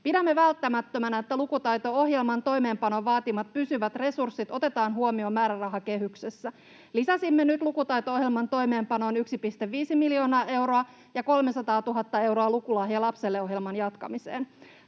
Pidämme välttämättömänä, että lukutaito-ohjelman toimeenpanon vaatimat pysyvät resurssit otetaan huomioon määrärahakehyksessä. Lisäsimme nyt lukutaito-ohjelman toimeenpanoon 1,5 miljoonaa euroa ja 300 000 euroa Lukulahja lapselle ‑ohjelman jatkamiseen.